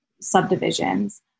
subdivisions